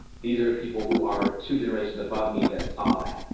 these are people who are two generations above me that saw that,